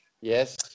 Yes